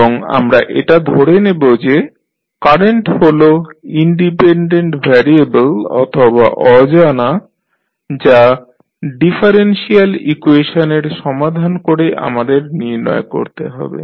এবং আমরা এটা ধরে নেব যে কারেন্ট হল ইন্ডিপেন্ডেন্ট ভ্যারিয়েবল অথবা অজানা যা ডিফারেনশিয়াল ইকুয়েশনের সমাধান করে আমাদের নির্ণয় করতে হবে